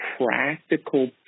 practical